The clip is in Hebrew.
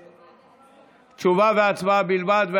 תשובה והצבעה בלבד.